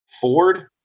Ford